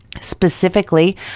specifically